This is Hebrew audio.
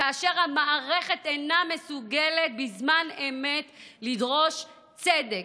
כאשר המערכת אינה מסוגלת בזמן אמת לדרוש צדק?